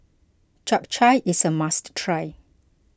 Chap Chai is a must try